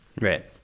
right